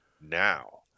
now